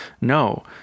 no